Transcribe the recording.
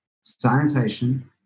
sanitation